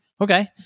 Okay